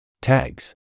Tags